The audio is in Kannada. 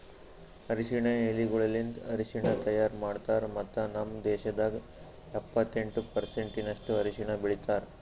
ಅರಶಿನ ಎಲಿಗೊಳಲಿಂತ್ ಅರಶಿನ ತೈಯಾರ್ ಮಾಡ್ತಾರ್ ಮತ್ತ ನಮ್ ದೇಶದಾಗ್ ಎಪ್ಪತ್ತೆಂಟು ಪರ್ಸೆಂಟಿನಷ್ಟು ಅರಶಿನ ಬೆಳಿತಾರ್